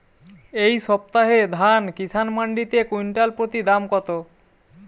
এই সপ্তাহে ধান কিষান মন্ডিতে কুইন্টাল প্রতি দাম কত?